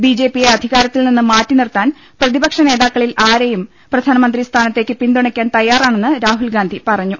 B J പിയെ അധികാരത്തിൽ നിന്ന് മാറ്റിനിർത്താൻ പ്രതിപക്ഷനേതാക്കളിൽ ആരെയും പ്രധാ ന മന്ത്രി സ്ഥാന ത്തേക്ക് പിന്തുണക്കാൻ തയ്യാ റാ ണെന്ന് രാഹുൽഗാന്ധി പറഞ്ഞു